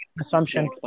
assumption